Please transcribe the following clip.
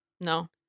No